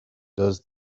does